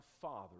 father